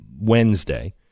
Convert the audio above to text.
Wednesday